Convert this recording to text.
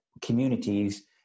communities